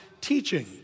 teaching